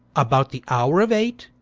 about the houre of eight,